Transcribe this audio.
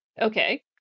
Okay